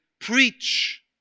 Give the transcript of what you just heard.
preach